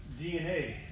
DNA